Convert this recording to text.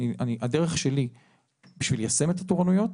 הדרך שלי ליישם את התורנויות